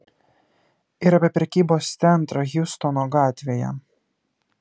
ir apie prekybos centrą hjustono gatvėje